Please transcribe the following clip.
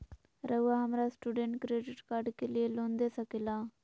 रहुआ हमरा student credit card के लिए लोन दे सके ला?